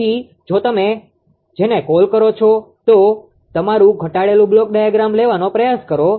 તેથી જો તમે જો તમે જેને કોલ કરો છો તો તમારું ઘટાડેલું બ્લોક ડાયાગ્રામ લેવાનો પ્રયાસ કરો